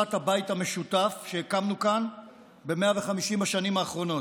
מקריסת הבית המשותף שהקמנו כאן ב-150 השנים האחרונות,